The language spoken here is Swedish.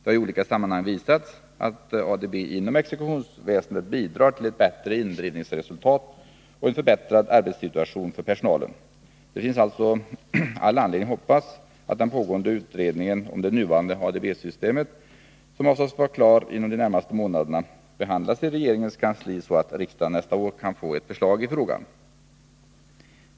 Det har i olika sammanhang visats att ADB inom exekutionsväsendet bidrar till ett bättre indrivningsresultat och en förbättrad arbetssituation för personalen. Det finns således all anledning att hoppas att den pågående utredningen om det nuvarande ADB-systemet, som avses vara klar inom de närmaste månaderna, behandlas i regeringens kansli så att riksdagen nästa år kan få ett förslag i frågan.